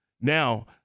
Now